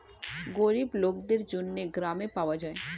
গরিব লোকদের জন্য গ্রামে পাওয়া যায়